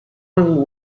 will